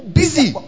busy